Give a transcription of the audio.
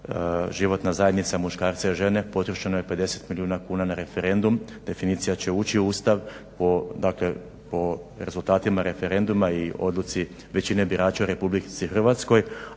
životna zajednica muškarca i žene potrošeno je 50 milijuna kuna na referendum, definicija će ući u Ustav po, dakle po rezultatima referenduma i odluci većine birača u Republici Hrvatskoj.